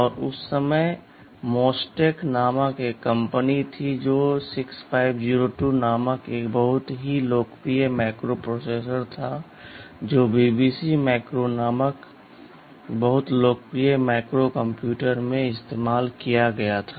और उस समय मोस्टेक नामक एक कंपनी से 6502 नामक एक बहुत ही लोकप्रिय माइक्रोप्रोसेसर था जो BBC माइक्रो नामक एक बहुत लोकप्रिय माइक्रो कंप्यूटर में इस्तेमाल किया गया था